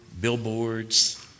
Billboards